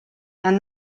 and